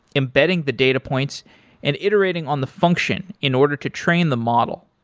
embedding the data points and iterating on the function in order to train the model.